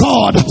God